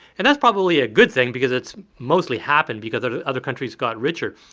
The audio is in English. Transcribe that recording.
and that's probably a good thing because it's mostly happened because other countries got richer,